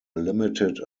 limited